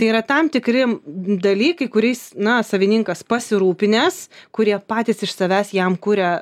tai yra tam tikri dalykai kuriais na savininkas pasirūpinęs kurie patys iš savęs jam kuria